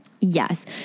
Yes